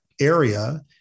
area